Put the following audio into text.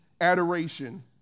adoration